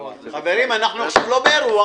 חברים, אנחנו עכשיו לא באירוע